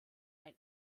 ein